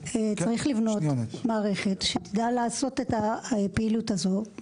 צריך לבנות מערכת שתדע לעשות את הפעילות הזאת,